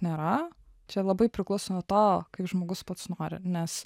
nėra čia labai priklauso nuo to kaip žmogus pats nori nes